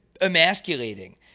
emasculating